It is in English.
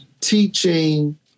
teaching